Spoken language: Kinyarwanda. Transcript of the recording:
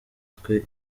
twe